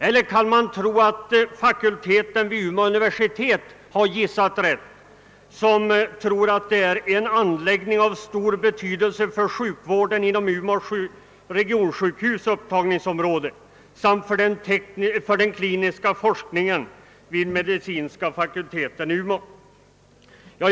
Eller skall man tro att medicinska fakulteten vid Umeå universitet gissat rätt när den antar att det gäller en anläggning av stor betydelse för sjukvården inom Umeå regionssjukhus” upptagningsområde samt för den kliniska forskningen vid medicinska fakulteten i Umeå?